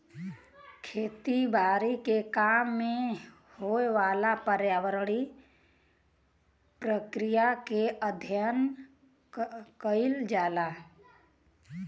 खेती बारी के काम में होए वाला पर्यावरणीय प्रक्रिया के अध्ययन कइल जाला